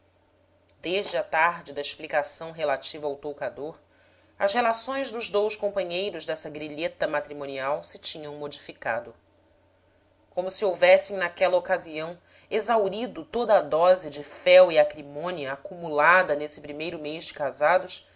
desde a tarde da explicação relativa ao toucador as relações dos dous companheiros dessa grilheta matrimonial se tinham modificado como se houvessem naquela ocasião exaurido toda a dose de fel e acrimônia acumulada nesse primeiro mês de casados